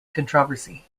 controversy